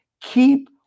Keep